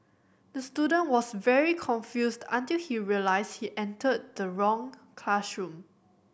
the student was very confused until he realised he entered the wrong classroom